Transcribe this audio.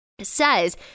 says